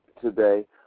Today